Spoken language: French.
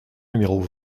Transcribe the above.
numéro